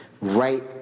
right